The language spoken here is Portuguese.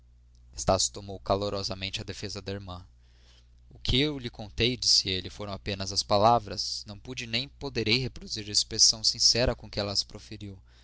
dito estácio tomou calorosamente a defesa da irmã o que eu lhe contei disse ele foram apenas as palavras não pude nem poderei reproduzir a expressão sincera com que ela as proferiu